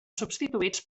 substituïts